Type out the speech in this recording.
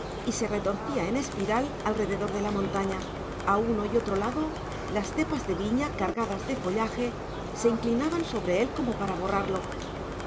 y se retorcía en espiral alrededor de la montaña a uno y otro lado las cepas de viña cargadas de follaje se inclinaban sobre él como para borrarlo